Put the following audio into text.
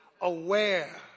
aware